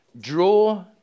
draw